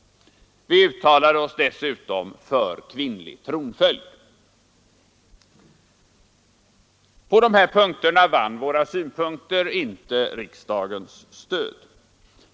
Vi uttalade oss dessutom för kvinnlig tronföljd. På de här punkterna vann våra synpunkter inte riksdagens stöd.